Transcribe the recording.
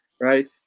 right